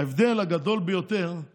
ההבדל הגדול ביותר הוא